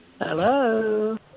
Hello